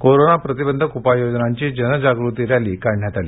corona प्रतिबंधक उपाययोजनांची जनजागृती रॅली काढण्यात आली